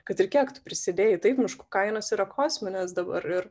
kad ir kiek tu prisidėjai taip miškų kainos yra kosminės dabar ir